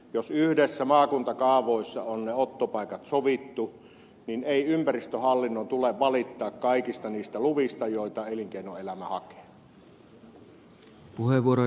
jos maakuntakaavoissa on ne ottopaikat yhdessä sovittu niin ei ympäristöhallinnon tule valittaa kaikista niistä luvista joita elinkeinoelämä hakee